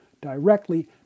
directly